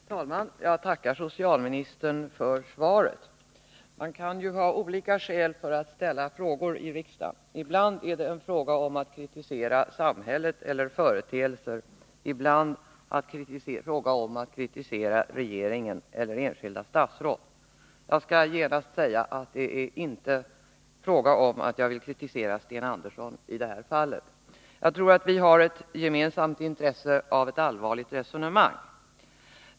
Fru talman! Jag tackar socialministern för svaret. Man kan ju ha olika skäl för att ställa frågor i riksdagen. Ibland är det fråga om att kritisera samhället eller företeelser, ibland är det fråga om att kritisera regeringen eller enskilda statsråd. Jag vill genast säga att det i detta fall inte är fråga om att jag vill kritisera Sten Andersson. Jag tror att vi har ett gemensamt intresse av ett allvarligt resonemang.